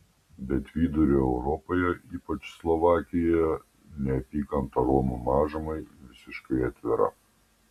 bet vidurio europoje ypač slovakijoje neapykanta romų mažumai visiškai atvira